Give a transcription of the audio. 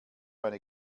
eine